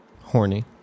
Horny